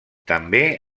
també